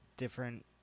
different